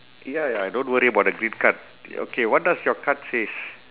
ya ya don't worry about the green card okay what does your card says